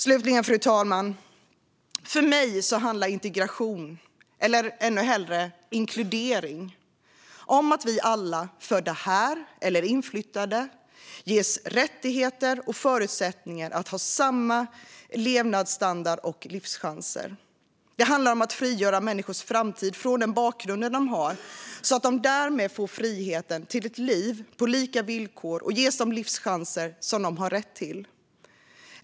Slutligen, fru talman: För mig handlar integration - eller, ännu hellre, inkludering - om att vi alla, födda här eller inflyttade, ges rättigheter och förutsättningar att ha samma levnadsstandard och livschanser. Det handlar om att frigöra människors framtid från den bakgrund de har så att de får friheten till ett liv på lika villkor och ges de livschanser de har rätt till.